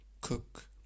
cook